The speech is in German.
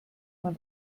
man